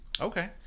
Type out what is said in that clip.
Okay